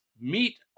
meet